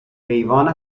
حیوان